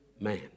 man